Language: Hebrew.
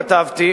כתבתי,